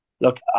look